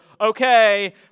okay